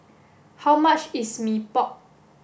how much is Mee Pok